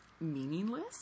meaningless